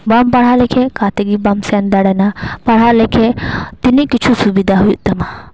ᱵᱟᱢ ᱯᱟᱲᱦᱟᱣ ᱞᱮᱠᱷᱟᱡ ᱫᱚ ᱚᱠᱟ ᱛᱮᱜᱮ ᱵᱟᱢ ᱥᱮᱱ ᱫᱟᱲᱮᱱᱟ ᱯᱟᱲᱦᱟᱣ ᱞᱮᱠᱷᱟᱡ ᱛᱤᱱᱟᱹᱜ ᱠᱤᱪᱷᱩ ᱥᱩᱵᱤᱫᱟ ᱦᱩᱭᱩᱜ ᱛᱟᱢᱟ